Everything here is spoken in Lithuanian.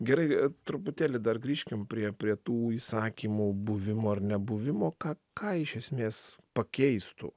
gerai truputėlį dar grįžkim prie prie tų įsakymų buvimo ar nebuvimo ką ką iš esmės pakeistų